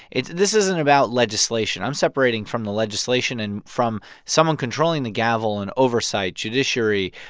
it's this isn't about legislation. i'm separating from the legislation and from someone controlling the gavel and oversight, judiciary,